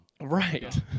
Right